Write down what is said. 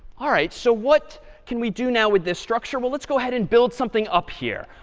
all right, so what can we do now with this structure? well, let's go ahead and build something up here.